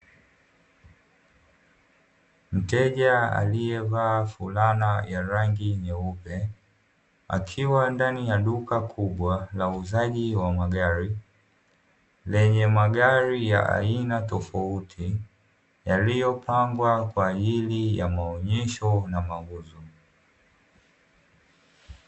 Mteja aliyevaa fulana ya rangi nyeupe akiwa ndani ya duka kubwa la uuzaji wa magari, lenye magari ya aina tofauti yaiyopangwa kwa ajili ya maonesho na mauzo.